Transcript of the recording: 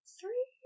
Three